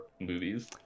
movies